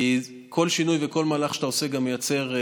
כי כל שינוי וכל מהלך שאתה עושה גם מייצר,